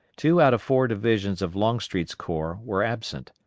two out of four divisions of longstreet's corps were absent.